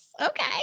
Okay